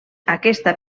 aquesta